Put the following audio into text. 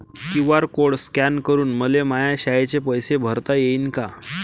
QR code scan करून मले माया शाळेचे पैसे भरता येईन का?